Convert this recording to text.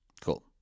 Cool